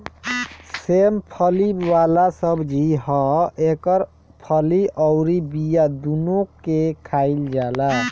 सेम फली वाला सब्जी ह एकर फली अउरी बिया दूनो के खाईल जाला